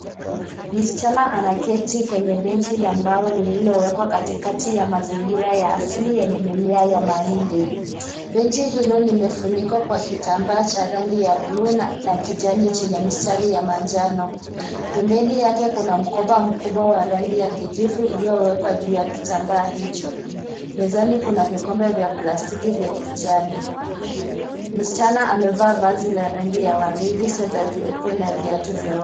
Msichana anaketi kwenye benchi la mbao lililowekwa katikati ya mazingira ya asili yenye mimea ya mahindi ,benchi hilo limefunikwa kwa kitambaa cha rangi ya buluu na kijani chenye mistari ya manjano ,pembeni yake kuna mkoba mkubwa wa rangi ya kijivu iliyowekwa juu ya kitambaa hicho mezani kuna vikombe vya plastiki vya kijani msichana amevaa vazi la rangi ya waridi soda jeupe open na viatu vya.